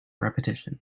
repetition